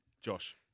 Josh